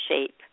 shape